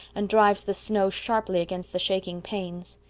and drives the snow sharply against the shaking panes.